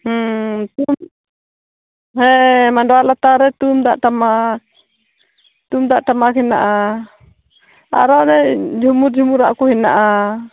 ᱦᱮᱸ ᱢᱟᱸᱰᱣᱟ ᱞᱟᱛᱟᱨ ᱨᱮ ᱛᱩᱝᱫᱟᱜ ᱴᱟᱢᱟᱠ ᱛᱩᱝᱫᱟᱜ ᱴᱟᱢᱟᱠ ᱦᱮᱱᱟᱜᱼᱟ ᱟᱨᱚ ᱚᱱᱮ ᱡᱷᱩᱢᱩᱨ ᱡᱷᱩᱢᱩᱨ ᱟᱜ ᱠᱚ ᱢᱮᱱᱟᱜᱼᱟ